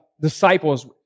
disciples